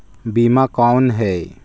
बीमा कौन है?